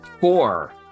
four